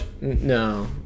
no